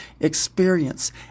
experience